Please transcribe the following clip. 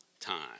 time